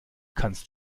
kannst